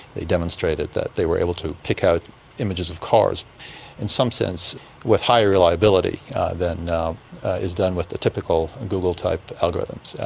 they demonstrated that they were able to pick out images of cars in some sense with higher reliability than is done with the typical google type algorithms.